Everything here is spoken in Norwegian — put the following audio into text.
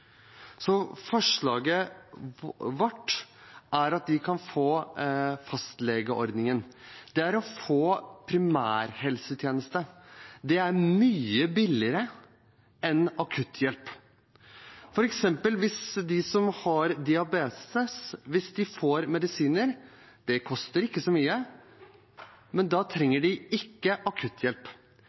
fastlegeordningen. Det å få tilgang til primærhelsetjenester er mye billigere enn akutthjelp. Hvis f.eks. de som har diabetes, får medisiner, koster det ikke så mye, og da trenger de ikke akutthjelp.